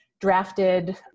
drafted